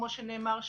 כמו שנאמר,